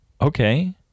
Okay